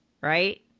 Right